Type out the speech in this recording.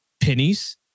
pennies